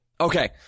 Okay